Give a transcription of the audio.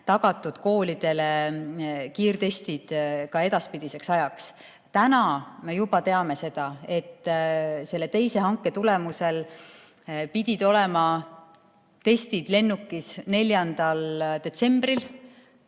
tagatud koolidele kiirtestid ka edaspidiseks. Täna me juba teame seda, et selle teise hanke tulemusel pidid olema testid lennukis 4. detsembril.